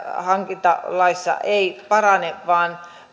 hankintalaissa ei parane vaan